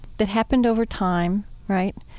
that happened over time, right?